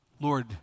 Lord